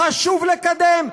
חשוב לקדם,